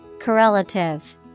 correlative